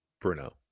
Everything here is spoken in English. Bruno